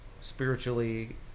spiritually